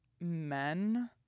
men